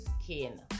skin